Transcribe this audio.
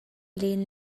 len